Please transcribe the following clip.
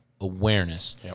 awareness